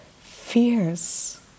fears